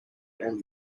and